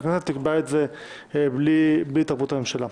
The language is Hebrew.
והכנסת תקבע את זה בלי התערבות הממשלה.